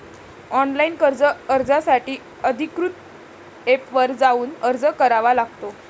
online कर्ज अर्जासाठी अधिकृत एपवर जाऊन अर्ज करावा लागतो